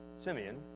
Simeon